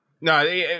No